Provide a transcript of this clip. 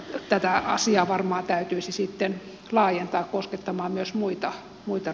tätä asiaa varmaan täytyisi sitten laajentaa koskettamaan myös muita ryhmiä